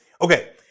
Okay